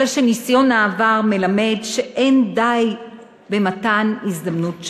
אלא שניסיון העבר מלמד שאין די במתן הזדמנות שווה,